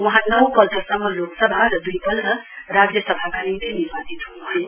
वहाँ नौपल्ट सम्म लोकसभा र दुइपल्ट राज्यसभाका निम्ति निर्वाचित हुनुभयो